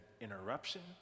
interruption